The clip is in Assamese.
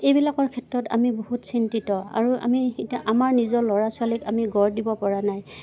এইবিলাকৰ ক্ষেত্ৰত আমি বহুত চিন্তিত আৰু আমি এতিয়া আমাৰ নিজৰ ল'ৰা ছোৱালীক আমি গঢ় দিব পৰা নাই